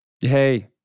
Hey